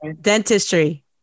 Dentistry